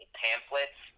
pamphlets